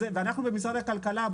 ואנחנו במשרד הכלכלה,